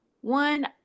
one